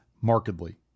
markedly